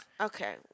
okay